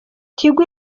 tigo